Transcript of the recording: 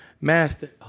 Master